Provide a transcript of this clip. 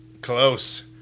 close